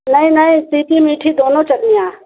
नहीं नहीं तीखी मीठी दोनों चटनियाँ